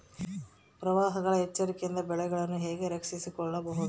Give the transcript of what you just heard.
ಪ್ರವಾಹಗಳ ಎಚ್ಚರಿಕೆಯಿಂದ ಬೆಳೆಗಳನ್ನು ಹೇಗೆ ರಕ್ಷಿಸಿಕೊಳ್ಳಬಹುದು?